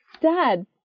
Dad